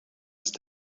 ist